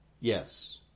Yes